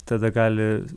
tada gali